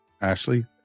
Ashley